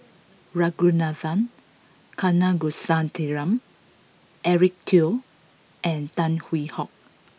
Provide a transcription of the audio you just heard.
Ragunathar Kanagasuntheram Eric Teo and Tan Hwee Hock